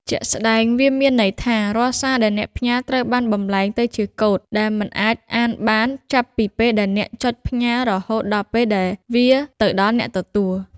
ជាក់ស្ដែង វាមានន័យថា រាល់សារដែលអ្នកផ្ញើ ត្រូវបានបំលែងទៅជាកូដដែលមិនអាចអានបាន ចាប់ពីពេលដែលអ្នកចុចផ្ញើ រហូតដល់ពេលដែលវាទៅដល់អ្នកទទួល។